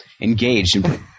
Engaged